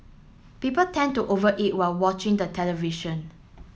people tend to over eat while watching the television